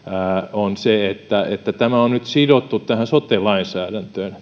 on se että tämän pikkuruisen epäkohdan korjaaminen on nyt sidottu tähän sote lainsäädäntöön